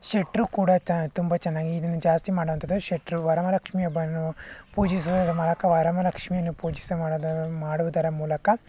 ಶೆಟ್ಟರು ಕೂಡ ತುಂಬ ಚೆನ್ನಾಗಿ ಇದನ್ನು ಜಾಸ್ತಿ ಮಾಡುವಂಥದ್ದು ಶೆಟ್ಟರು ವರಮಹಾಲಕ್ಷ್ಮಿ ಹಬ್ಬವನ್ನು ಪೂಜಿಸುವ ಮೂಲಕ ವರಮಲಕ್ಷ್ಮಿಯನ್ನು ಪೂಜಿಸುವ ಮಾಡುವುದರ ಮೂಲಕ